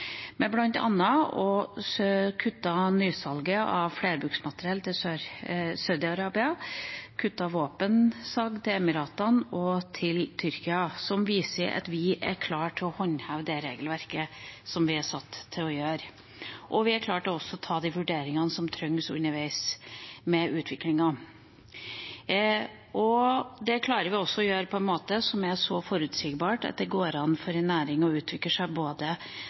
å kutte nysalget av flerbruksmateriell til Saudi-Arabia og kutte våpensalg til Emiratene og Tyrkia. Det viser at vi er klare til å håndheve det regelverket som vi er satt til å håndheve. Vi er også klare til å foreta de vurderingene som trengs å gjøres underveis, når det skjer en utvikling. Dette klarer vi også å gjøre på en måte som er så forutsigbar at det går an for en næring å utvikle seg når det gjelder både